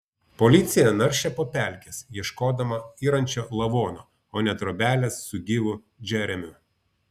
policija naršė po pelkes ieškodama yrančio lavono o ne trobelės su gyvu džeremiu